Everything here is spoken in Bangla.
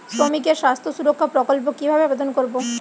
শ্রমিকের স্বাস্থ্য সুরক্ষা প্রকল্প কিভাবে আবেদন করবো?